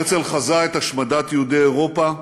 הרצל חזה את השמדת יהודי אירופה